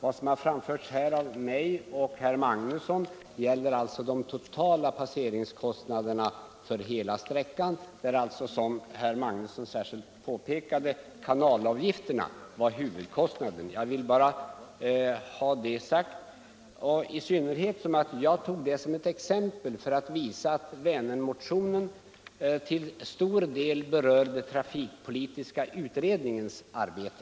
Vad som har framförts av mig och herr Magnusson i Kristinehamn gäller de totala passeringskostnaderna för hela sträckan, där — som herr Magnusson särskilt påpekade — kanalavgifterna utgör huvudkostnaden. Jag vill bara ha sagt detta i synnerhet som jag tog upp kostnaderna som ett exempel för att visa att Vänermotionen till stor del berör trafikpolitiska utredningens arbete.